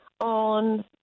on